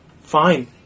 Fine